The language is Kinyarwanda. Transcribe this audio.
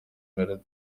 melody